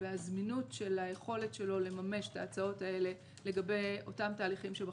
והזמינות של היכולת שלו לממש את ההצעות האלה לגבי אותם תהליכים שבחשבון.